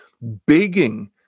begging